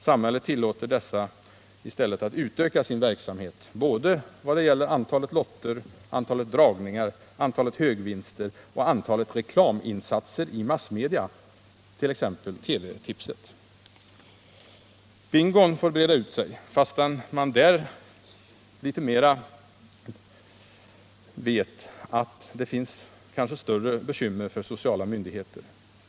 Samhället tillåter dessa att utöka sin verksamhet både vad gäller antalet lotter, antalet dragningar, antalet högvinster och antalet reklaminsatser i massmedia, t.ex. TV-tipset. Bingon får breda ut sig, fastän man vet att det i samband med den uppstår större bekymmer för sociala myndigheter.